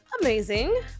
amazing